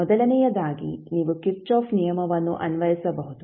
ಮೊದಲನೆಯದಾಗಿ ನೀವು ಕಿರ್ಚಾಫ್ ನಿಯಮವನ್ನು ಅನ್ವಯಿಸಬಹುದು